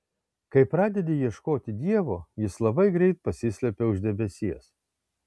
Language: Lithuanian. kai pradedi ieškoti dievo jis labai greit pasislepia už debesies